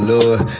Lord